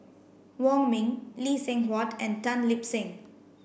Wong Ming Lee Seng Huat and Tan Lip Seng